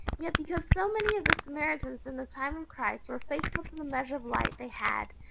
yet because so many of the samaritans in the time of christ were faithful to the measure of light they had,